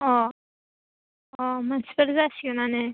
अ अ मानसिफोर जासिगोनआनो